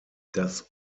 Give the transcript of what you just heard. das